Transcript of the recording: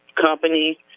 company